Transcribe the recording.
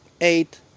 eight